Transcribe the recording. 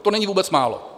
To není vůbec málo.